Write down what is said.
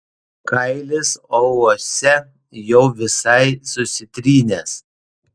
kailis auluose jau visai susitrynęs